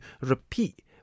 repeat